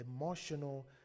emotional